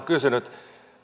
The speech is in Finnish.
kysynyt